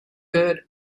good